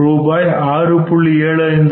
ரூபாய் 11